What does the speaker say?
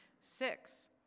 Six